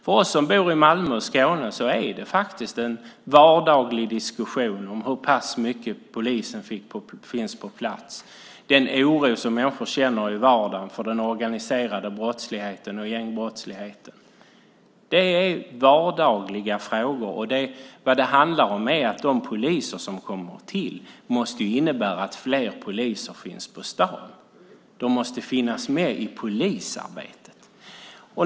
Vi som bor i Malmö och Skåne för en vardaglig diskussion om hur pass mycket polisen finns på plats. Det handlar om den oro som människor känner i vardagen för den organiserade brottsligheten och gängbrottsligheten. Det är vardagliga frågor, och det handlar om att de poliser som kommer till måste innebära att fler poliser finns på stan. De måste finnas med i polisarbetet.